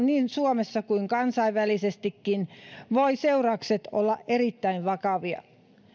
niin suomessa kuin kansainvälisestikin voivat seuraukset olla erittäin vakavia